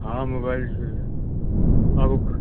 हाँ मोबाइल से है आपको